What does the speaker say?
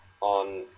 on